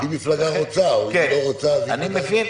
אם מפלגה לא רוצה, היא לא חייבת.